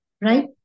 right